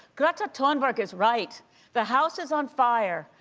greta thunberg is right the house is on fire.